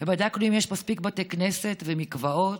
ובדקנו אם יש מספיק בתי כנסת ומקוואות,